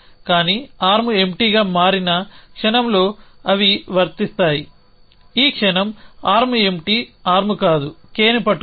కానీ ఆర్మ్ ఎంప్టీగా మారిన క్షణంలో అవి వర్తిస్తాయి ఈ క్షణం ఆర్మ్ ఎంప్టీ ఆర్మ్ కాదు Kని పట్టుకుంది